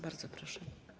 Bardzo proszę.